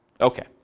Okay